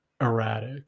erratic